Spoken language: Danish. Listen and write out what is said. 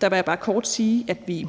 vil jeg bare kort sige, at vi